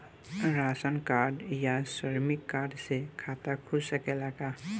Ration card या श्रमिक card से खाता खुल सकेला का?